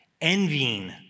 envying